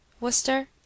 Worcester